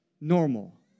normal